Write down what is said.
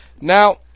Now